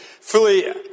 fully